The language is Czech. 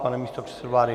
Pane místopředsedo vlády?